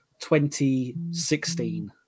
2016